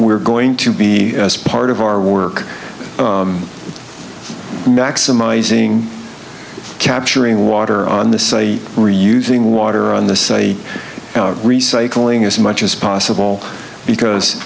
we're going to be as part of our work maximizing capturing water on this or using water on the say recycling as much as possible because